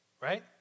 right